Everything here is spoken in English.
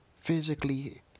physically